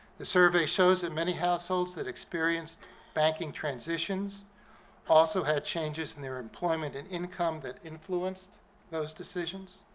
the survey shows that many households that experienced banking transitions also had changes in their employment and income that influenced those decisions.